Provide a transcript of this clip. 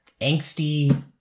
angsty